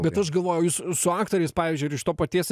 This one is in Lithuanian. bet aš galvojau jūs su aktoriais pavyzdžiui ir iš to paties